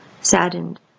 saddened